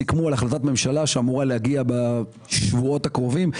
סיכמו על החלטת ממשלה שאמורה להגיע בשבועות הקרובים.